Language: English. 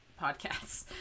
podcasts